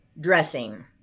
dressing